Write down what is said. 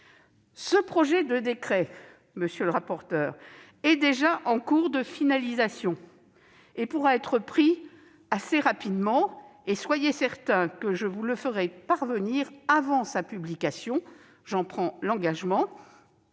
Ce projet de décret, monsieur le rapporteur, est déjà en cours de finalisation et pourra être pris assez rapidement. Soyez certain que je vous le ferai parvenir avant sa publication, afin que le Sénat